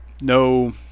no